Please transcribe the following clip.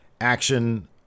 action